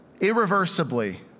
irreversibly